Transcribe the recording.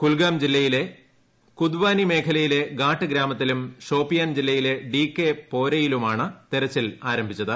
കുൽഗാം ജില്ലയിലെ കുദ്വാനി മേഖലയിലെ ഗാട്ട് ഗ്രാമത്തിലും ഷോപ്പിയാൻ ജില്ലയിലെ ഡി കെ പോരയിലുമാണ് തെരച്ചിൽ ആരംഭിച്ചത്